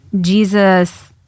Jesus